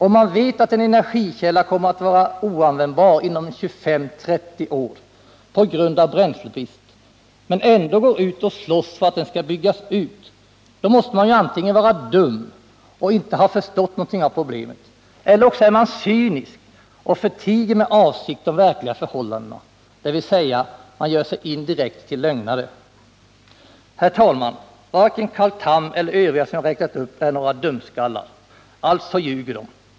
Om man vet att en energikälla kommer att vara oanvändbar inom 25-30 år på grund av bränslebrist men ändå går ut och slåss för att den skall byggas ut, då måste man ju antingen vara dum och inte ha förstått någonting av problemet, eller också vara cynisk och förtiga med avsikt de verkliga förhållandena, dvs. göra sig indirekt till lögnare. Herr talman! Varken Carl Tham eller övriga som jag räknat upp är några dumskallar, alltså ljuger de!